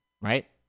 right